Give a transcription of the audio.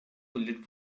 bullet